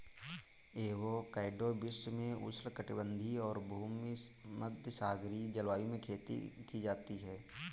avocado विश्व में उष्णकटिबंधीय और भूमध्यसागरीय जलवायु में खेती की जाती है